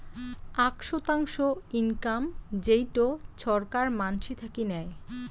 আক শতাংশ ইনকাম যেইটো ছরকার মানসি থাকি নেয়